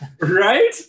Right